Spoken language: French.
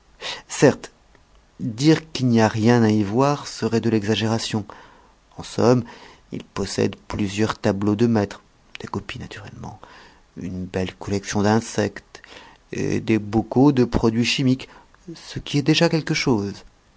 certes dire qu'il n'y a rien à y voir serait de l'exagération en somme il possède plusieurs tableaux de maîtres des copies naturellement une belle collection d'insectes et des bocaux de produits chimiques ce qui est déjà quelque chose